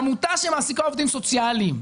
עמותה שמעסיקה עובדים סוציאליים,